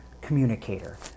communicator